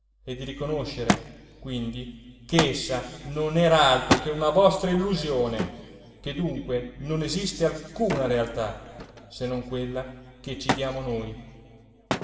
e di riconoscere quindi che essa non era altro che una vostra illusione che dunque non esiste alcuna realtà se non quella che ci diamo noi